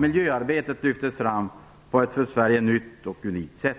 Miljöarbetet lyftes fram på ett för Sverige nytt och unikt sätt.